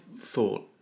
thought